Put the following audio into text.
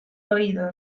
oído